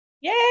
Yay